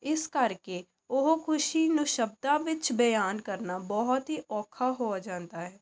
ਇਸ ਕਰਕੇ ਉਹ ਖੁਸ਼ੀ ਨੂੰ ਸ਼ਬਦਾਂ ਵਿੱਚ ਬਿਆਨ ਕਰਨਾ ਬਹੁਤ ਹੀ ਔਖਾ ਹੋ ਜਾਂਦਾ ਹੈ